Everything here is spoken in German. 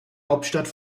hauptstadt